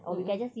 mmhmm